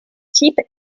types